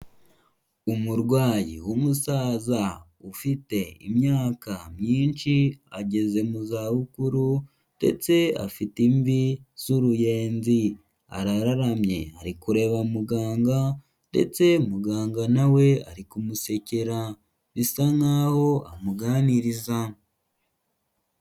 Umurwayi w'umusaza ufite imyaka myinshi ageze mu zabukuru ndetse afite imvi z'uruyenzi, arararamye ari kureba muganga ndetse muganga na we ari kumusekera, bisa nkaho amuganiriza.